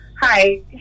Hi